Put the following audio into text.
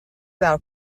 thou